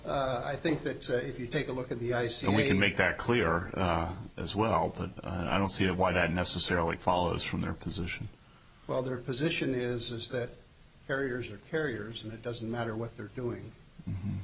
i think that if you take a look at the ice and we can make that clear as well but i don't see why that necessarily follows from their position well their position is that carriers are carriers and it doesn't matter what they're doing